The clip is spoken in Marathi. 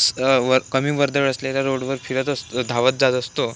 स् व कमी वर्दळ असलेल्या रोडवर फिरत असत धावत जात असतो